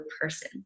person